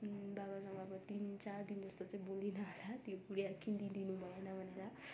बाबासँग गएको थिएँ चार दिन जस्तो चाहिँ बोलिनँ होला त्यो गुडिया किनिदिनु भएन भनेर